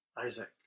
isaac